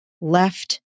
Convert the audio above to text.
left